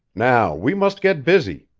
now we must get busy!